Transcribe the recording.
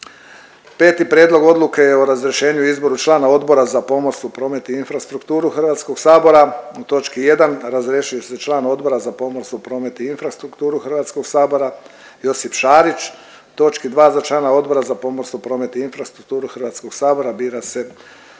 Peti, Prijedlog odluke o razrješenju i izboru članova Odbora za pomorstvo, promet i infrastrukturu HS-a. U točki 1, razrješuje se član Odbora za pomorstvo, promet i infrastrukturu HS-a Josip Šarić. U točki 2, za člana Odbora za pomorstvo, promet i infrastrukturu HS-a bira se